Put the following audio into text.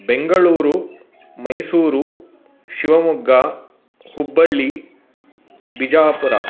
Bengaluru Mysuru Shivamogga Hubballi बिजापुरः